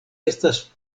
estas